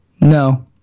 No